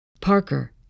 Parker